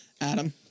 Adam